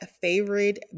favorite